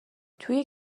توی